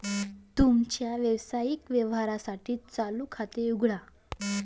तुमच्या व्यावसायिक व्यवहारांसाठी चालू खाते उघडा